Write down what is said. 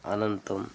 అనంతం